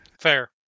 Fair